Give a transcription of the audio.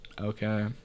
Okay